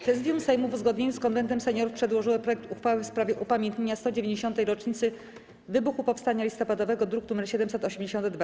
Prezydium Sejmu, w uzgodnieniu z Konwentem Seniorów, przedłożyło projekt uchwały w sprawie upamiętnienia 190. rocznicy wybuchu Powstania Listopadowego, druk nr 782.